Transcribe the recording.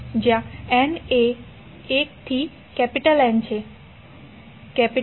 જ્યાં n 1 થી N છે